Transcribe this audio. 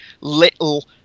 little